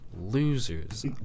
losers